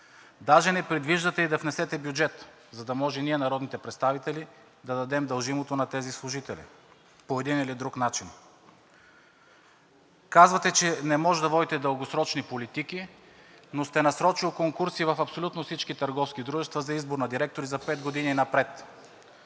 Даже не предвиждате и да внесете бюджет, за да може ние, народните представители, да дадем дължимото на тези служители по един или друг начин. Казвате, че не можете да водите дългосрочни политики, но сте насрочили конкурси в абсолютно всички търговски дружества за избор на директори за пет години напред.